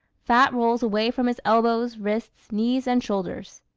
fat rolls away from his elbows, wrists, knees and shoulders.